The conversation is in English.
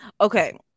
okay